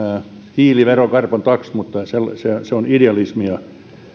hiilivero carbon tax mutta se se on idealismia